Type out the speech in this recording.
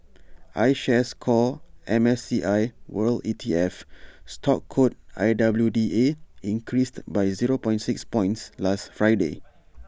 I shares core M S C I world E T F stock code I W D A increased by zero point six points last Friday